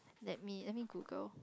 let me let me Google